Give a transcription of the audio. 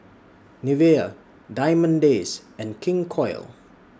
Nivea Diamond Days and King Koil